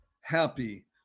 happy